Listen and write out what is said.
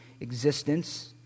existence